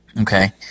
Okay